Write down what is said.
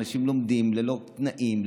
אנשים לומדים ללא תנאים,